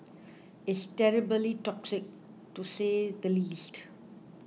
it's terribly toxic to say the least